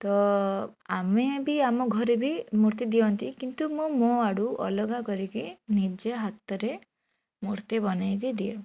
ତ ଆମେ ବି ଆମ ଘରେ ବି ମୂର୍ତ୍ତି ଦିଅନ୍ତି କିନ୍ତୁ ମୁଁ ମୋ ଆଡ଼ୁ ଅଲଗା କରିକି ନିଜେ ହାତରେ ମୂର୍ତ୍ତି ବନେଇକି ଦିଏ